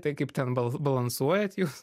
tai kaip ten bal balansuojat jūs